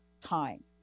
time